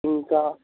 ఇంకా